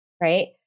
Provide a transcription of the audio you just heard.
right